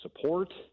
support